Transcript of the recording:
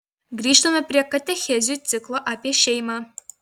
grįžtame prie katechezių ciklo apie šeimą